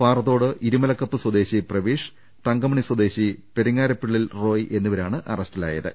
പാറ ത്തോട് ഇരുമലക്കപ്പ് സ്വദേശി പ്രവീഷ് തങ്കമണി സ്വദേശി പെരിങ്ങാരപ്പി ള്ളിൽ റോയ് എന്നിവരാണ് അറസ്റ്റിലായത്